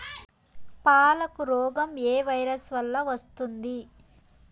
పాలకు రోగం ఏ వైరస్ వల్ల వస్తుంది?